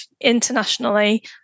internationally